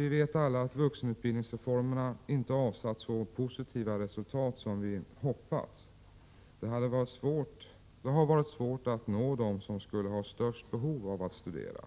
Vi vet alla att vuxenutbildningsreformerna inte avsatt så positiva resultat som vi hade hoppats. Det har varit svårt att nå dem som skulle ha störst behov av att studera.